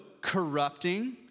corrupting